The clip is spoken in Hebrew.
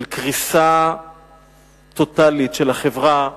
של קריסה טוטלית של החברה,